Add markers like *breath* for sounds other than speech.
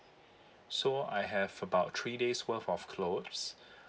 so I have about three days worth of clothes *breath* E